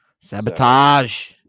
Sabotage